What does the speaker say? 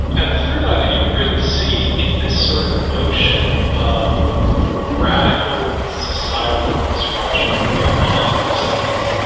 and the through-line that you can really see is this sort of notion of radical societal disruption in a positive sense.